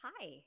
Hi